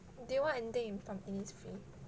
do you want anything from Innisfree